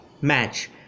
match